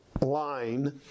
line